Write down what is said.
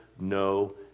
no